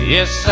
Yes